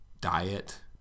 diet